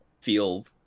feel